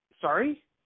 Sorry